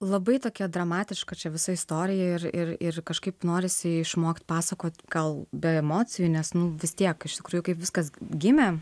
labai tokia dramatiška čia visa istorija ir ir ir kažkaip norisi išmokt pasakot gal be emocijų nes nu vis tiek iš tikrųjų kaip viskas gimė